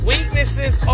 Weaknesses